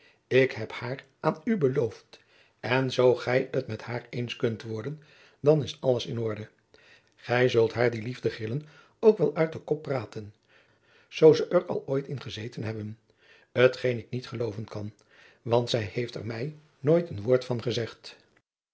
ik heb haar aan u beloofd en zoo gij het met haar eens kunt worden dan is alles in orde gij zult haar die liefdegrillen ook wel uit den kop praten zoo ze er al ooit in gezeten hebben jacob van lennep de pleegzoon t geen ik niet gelooven kan want zij heeft er mij nooit een woord van gezegd